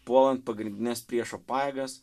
puolant pagrindines priešo pajėgas